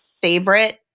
favorite